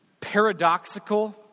paradoxical